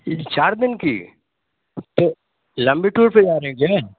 जी चार दिन की तो लम्बी टूर पर जा रहें क्या